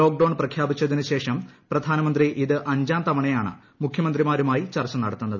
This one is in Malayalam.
ലോക്ഡൌൺ പ്രഖ്യാപിച്ചതിനുശേഷം പ്രധാനമന്ത്രി ഇത് അഞ്ചാം തവണയാണ് മുഖ്യമന്ത്രിമാരുമായി ചർച്ച നടത്തുന്നത്